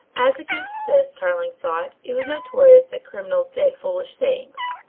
as against this, tarling thought, it was notorious that criminals did foolish things.